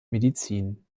medizin